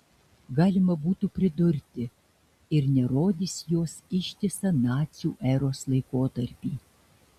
galima būtų pridurti ir nerodys jos ištisą nacių eros laikotarpį